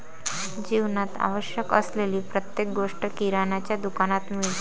जीवनात आवश्यक असलेली प्रत्येक गोष्ट किराण्याच्या दुकानात मिळते